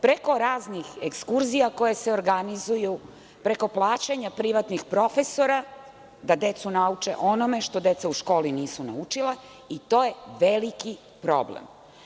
Preko raznih ekskurzija koje se organizuju, preko plaćanja privatnih profesora da decu nauče onome što deca u školi nisu naučila i to je veliki problem.